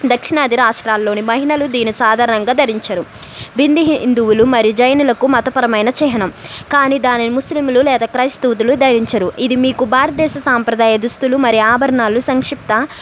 దక్షిణాది రాష్ట్రాలలో మహిళలు దీని సాధారణంగా ధరించరు బింది హిందువులు మరియు జైనులకు మతపరమైన చిహ్నం కాని దాని ముస్లింలు లేదా క్రైస్తవులు ధరించరు ఇది మీకు భారతదేశ సాంప్రదాయ దుస్తులు మరి ఆభరణాలు సంక్షిప్త